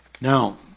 Now